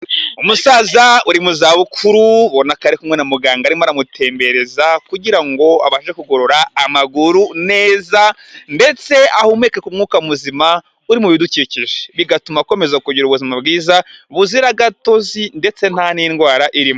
Umusaza uri mu zabukuru ubona ko ari ari kumwe na muganga, arimo aramutembereza kugira ngo abashe kugorora amaguru neza, ndetse ahumeke ku mwuka muzima uri mu bidukikije, bigatuma akomeza kugira ubuzima bwiza buzira gatotozi ndetse nta n'indwara irimo.